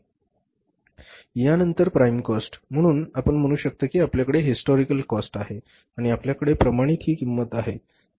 त्यानंतर time cost म्हणून आपण म्हणू शकता की आपल्याकडे हिस्टोरिकल कॉस्ट आहे आणि आपल्याकडे प्रमाणित हि किंमत आहे